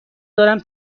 دارم